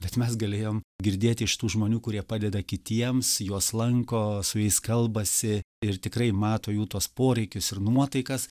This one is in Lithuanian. bet mes galėjom girdėti iš tų žmonių kurie padeda kitiems juos lanko su jais kalbasi ir tikrai mato jų tuos poreikius ir nuotaikas